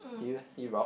do you see rock